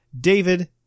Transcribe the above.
David